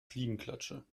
fliegenklatsche